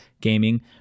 gaming